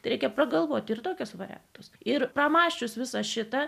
reikia pagalvoti ir tokius variantus ir pamąsčius visą šitą